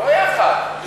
בוא יחד.